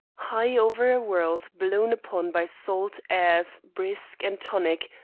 high over a world blown upon by salt airs brisk and tonic,